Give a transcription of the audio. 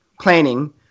planning